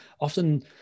often